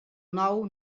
nou